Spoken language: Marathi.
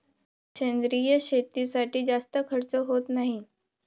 सेंद्रिय शेतीसाठी जास्त खर्च होत नाही